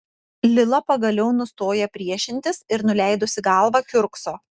lila pagaliau nustoja priešintis ir nuleidusi galvą kiurkso